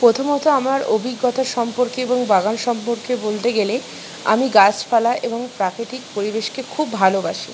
প্রথমত আমার অভিজ্ঞতা সম্পর্কে এবং বাগান সম্পর্কে বলতে গেলে আমি গাছপালা এবং প্রাকৃতিক পরিবেশকে খুব ভালোবাসি